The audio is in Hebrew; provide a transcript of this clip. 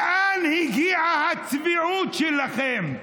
לאן הגיעה הצביעות שלכם?